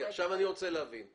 עכשיו אני רוצה להבין.